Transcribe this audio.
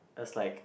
just like